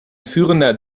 führender